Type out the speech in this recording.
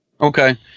Okay